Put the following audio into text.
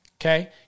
okay